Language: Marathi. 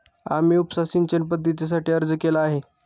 आम्ही उपसा सिंचन पद्धतीसाठी अर्ज केला आहे